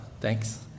thanks